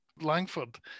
Langford